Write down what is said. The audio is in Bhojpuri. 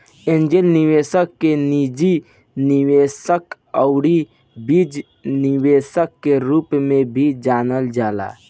एंजेल निवेशक के निजी निवेशक आउर बीज निवेशक के रूप में भी जानल जाला